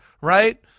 right